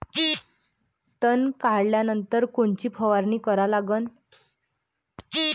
तन काढल्यानंतर कोनची फवारणी करा लागन?